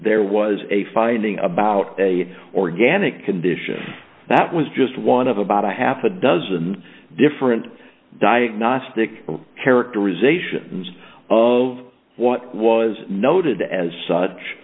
there was a finding about a organic condition that was just one of about a half a dozen different diagnostic characterizations of what was noted as such